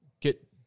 get